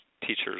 teachers